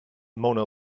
mona